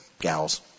gals